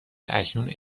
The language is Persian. اکنون